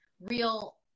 real